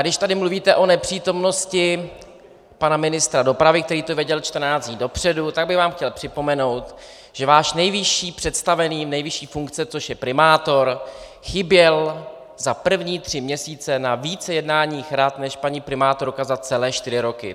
Když tady mluvíte o nepřítomnosti pana ministra dopravy, který to věděl 14 dní dopředu, tak bych vám chtěl připomenout, že váš nejvyšší představený, nejvyšší funkce, což je primátor, chyběl za první tři měsíce na více jednáních rad než paní primátorka za celé čtyři roky.